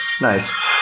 nice